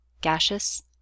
gaseous